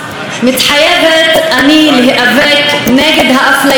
מתחייבת אני להיאבק נגד האפליה,